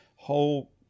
whole